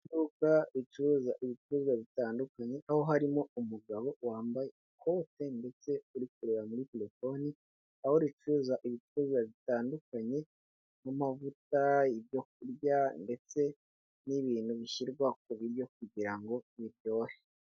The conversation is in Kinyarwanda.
Iduka ricuruza ibicuruzwa bitandukanye, aho harimo umugabo wambaye ikote ndetse uri kureba muri telefoni, aho ricuruza ibikocuruzwa bitandukanye, nk'amavuta, ibyoku kurya ndetse n'ibintu bishyirwa ku biryo kugira ngo biryohe.